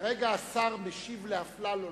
כרגע הוא משיב לאפללו,